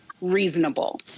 reasonable